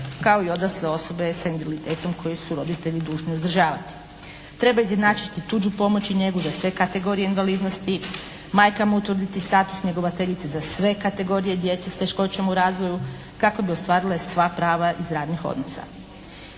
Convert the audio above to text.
kao i odrasle osobe sa invaliditetom koje su roditelji dužni uzdržavati. Treba izjednačiti tuđu pomoć i njegu za sve kategorije invalidnosti. Majkama utvrditi status njegovateljice za sve kategorije djece s teškoćama u razvoju kako bi ostvarile sva prava iz radnih odnosa.